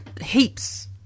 heaps